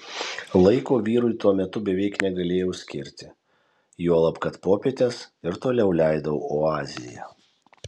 laiko vyrui tuo metu beveik negalėjau skirti juolab kad popietes ir toliau leidau oazėje